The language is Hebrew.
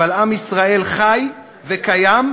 אבל עם ישראל חי וקיים,